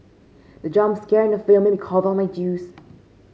the jump scare in the film made me cough out my juice